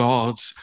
God's